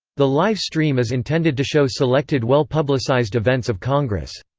the live stream is intended to show selected well-publicized events of congress.